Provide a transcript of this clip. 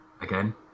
again